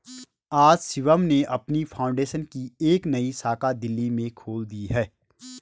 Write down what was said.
आज शिवम ने अपनी फाउंडेशन की एक नई शाखा दिल्ली में खोल दी है